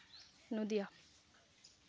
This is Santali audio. ᱱᱚᱫᱤᱭᱟ